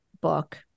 book